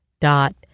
dot